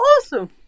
Awesome